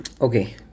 Okay